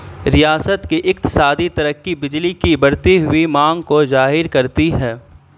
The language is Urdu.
ریاست کی اقتصادی ترقی بجلی کی بڑھتی ہوئی مانگ کو ظاہر کرتی ہے